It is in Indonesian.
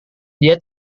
dia